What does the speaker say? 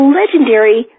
legendary